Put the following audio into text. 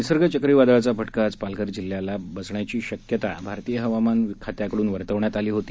निसर्ग चक्रीवादळाचा फटका आज पालघर जिल्ह्याला ही बसण्याची शक्यता भारतीय हवामान खात्याकडून वर्तविण्यात आली होती